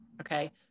Okay